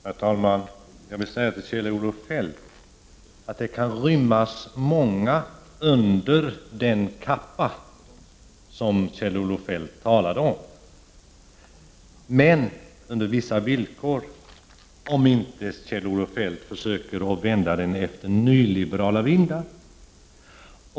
Herr talman! Jag vill säga till Kjell-Olof Feldt att det kan rymmas många under den kappa som Kjell-Olof Feldt talade om, men under vissa villkor, om inte Kjell-Olof Feldt försöker att vända den efter nyliberala vindar.